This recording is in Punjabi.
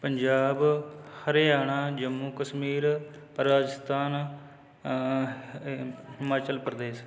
ਪੰਜਾਬ ਹਰਿਆਣਾ ਜੰਮੂ ਕਸ਼ਮੀਰ ਰਾਜਸਥਾਨ ਹ ਹਿਮਾਚਲ ਪ੍ਰਦੇਸ਼